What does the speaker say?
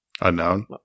Unknown